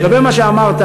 לגבי מה שאמרת,